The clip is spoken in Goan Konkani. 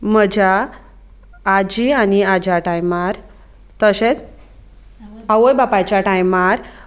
म्हज्या आजी आनी आज्या टायमार तशेंच आवय बापायाच्या टायमार